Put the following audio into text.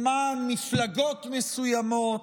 למען מפלגות מסוימות,